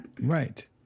Right